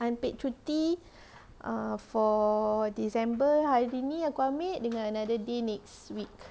unpaid cuti err for december hari ni aku ambil dengan another day next week